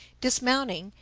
dismounting,